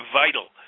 vital